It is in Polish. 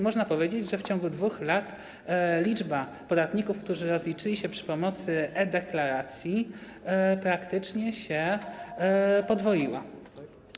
Można powiedzieć, że w ciągu 2 lat liczba podatników, którzy rozliczyli się za pomocą e-deklaracji, praktycznie się podwoiła.